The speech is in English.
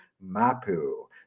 Mapu